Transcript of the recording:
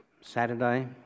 Saturday